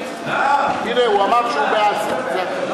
הנה, הוא אמר שהוא בעד זה.